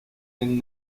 and